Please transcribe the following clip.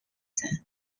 than